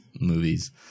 movies